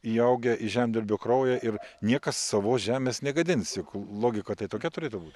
įaugę į žemdirbio kraują ir niekas savos žemės negadins juk logika tai tokia turėtų būti